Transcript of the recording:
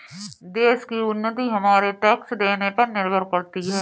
देश की उन्नति हमारे टैक्स देने पर निर्भर करती है